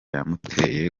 yamuteye